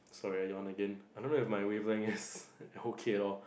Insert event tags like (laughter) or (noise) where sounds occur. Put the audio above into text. sorry I yawn again I don't know if my wavelength is (noise) okay at all